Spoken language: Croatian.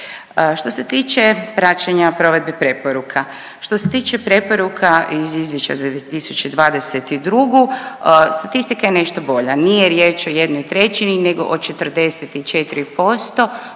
Što se tiče praćenja provedbi preporuka, što se tiče preporuka iz izvješća za 2022. statistika je nešto bolja, nije riječ o jednoj trećini nego o 44%